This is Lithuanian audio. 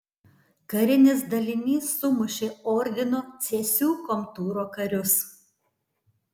karinis dalinys sumušė ordino cėsių komtūro karius